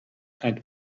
and